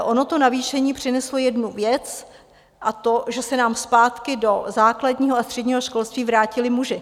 Ono to navýšení přineslo jednu věc, a to, že se nám zpátky do základního a středního školství vrátili muži.